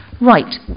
Right